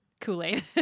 kool-aid